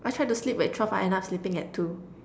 I tried to sleep at twelve I end up sleeping at two